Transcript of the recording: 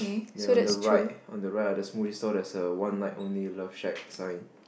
ya on the right on the right the smoothie saw the there's a one night only love shack sight